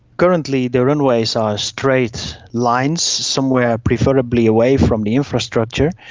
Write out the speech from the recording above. currently the runways are straight lines, somewhere preferably away from the infrastructure,